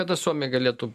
kada suomiai galėtų